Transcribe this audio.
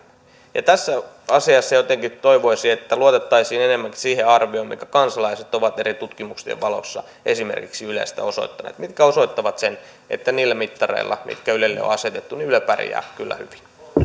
vähemmän tässä asiassa jotenkin toivoisi että luotettaisiin enemmänkin niihin arvioihin mitä kansalaiset ovat esimerkiksi eri tutkimuksien valossa ylestä osoittaneet mitkä osoittavat sen että niillä mittareilla mitkä ylelle on on asetettu yle pärjää kyllä hyvin